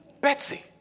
Betsy